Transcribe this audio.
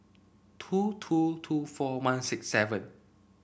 two two two four one six seven